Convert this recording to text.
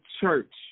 church